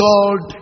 God